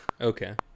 Okay